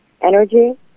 energy